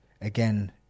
again